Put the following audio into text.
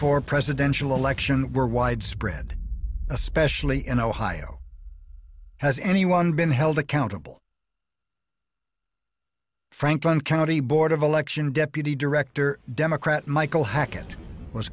four presidential election where widespread especially in ohio has anyone been held accountable franklin county board of election deputy director democrat michael hackett was